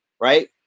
right